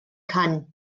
kann